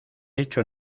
hecho